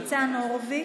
ניצן הורוביץ,